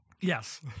Yes